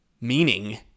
meaning